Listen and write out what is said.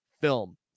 film